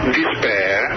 despair